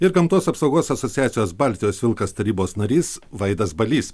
ir gamtos apsaugos asociacijos baltijos vilkas tarybos narys vaidas balys